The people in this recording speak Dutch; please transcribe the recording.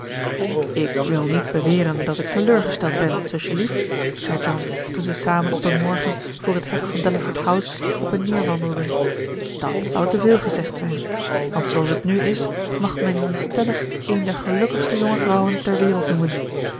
ik wil niet beweren dat ik teleurgesteld ben zusjelief zei john toen zij samen op een morgen voor het hek van delaford house op en neer wandelden dàt zou te veel gezegd zijn want zooals het nu is mag men je stellig eene der gelukkigste jonge vrouwen ter wereld noemen